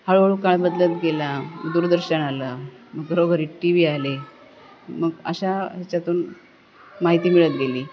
हळूहळू काळ बदलत गेला दूरदर्शन आलं मग घरोघरी टी व्ही आले मग अशा ह्याच्यातून माहिती मिळत गेली